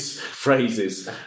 phrases